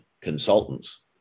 consultants